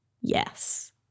Yes